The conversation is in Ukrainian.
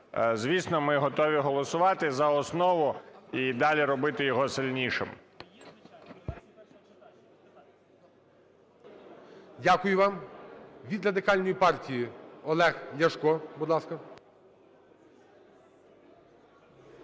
Звісно, ми готові голосувати за основу і далі робити його сильнішим. ГОЛОВУЮЧИЙ. Дякую вам. Від Радикальної партії Олег Ляшко, будь ласка.